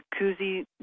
jacuzzi